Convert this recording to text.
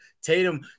Tatum